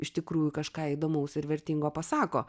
iš tikrųjų kažką įdomaus ir vertingo pasako